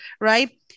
right